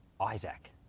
Isaac